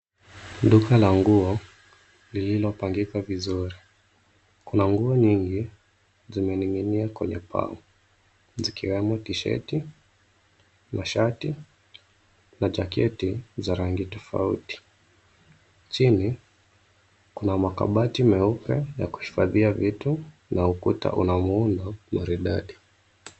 Duka la nguo lililopangika vizuri . Kuna nguo nyingi zimeninginingia kwenye paa zikiwemo tishati, mashati na jaketi za rangi tofauti . Chini kuna makabati meupe ya kushikia vitu na ukuta una muundo maridadi.